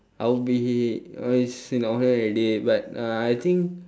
how big all this in your head already but uh I think